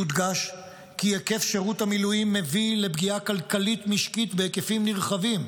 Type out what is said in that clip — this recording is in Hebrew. יודגש כי היקף שירות המילואים מביא לפגיעה כלכלית משקית בהיקפים נרחבים,